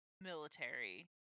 military